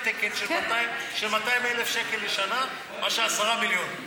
תקן של 200,000 שקל לשנה מאשר 10 מיליון.